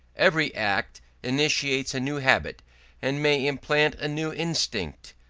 every act initiates a new habit and may implant a new instinct.